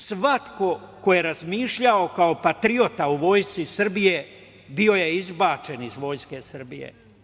Svako ko je razmišljao kao patriota o vojsci Srbije, bio je izbačen iz vojske Srbije.